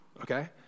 Okay